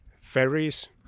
ferries